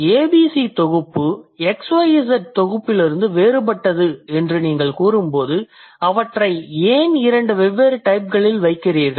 ABC தொகுப்பு XYZ தொகுப்பிலிருந்து வேறுபட்டது என்று நீங்கள் கூறும்போது அவற்றை ஏன் இரண்டு வெவ்வேறு typeகளில் வைக்கிறீர்கள்